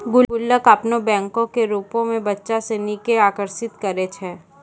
गुल्लक अपनो बैंको के रुपो मे बच्चा सिनी के आकर्षित करै छै